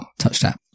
TouchTap